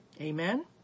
Amen